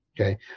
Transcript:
Okay